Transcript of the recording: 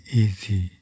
easy